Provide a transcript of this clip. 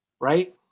right